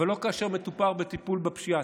אבל לא כאשר מדובר בטיפול בפשיעה.